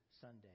Sunday